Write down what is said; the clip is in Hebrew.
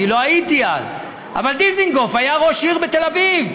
אני לא הייתי אז אבל דיזנגוף היה ראש עיר בתל אביב.